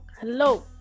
Hello